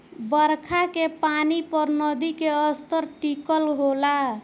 बरखा के पानी पर नदी के स्तर टिकल होला